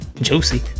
Josie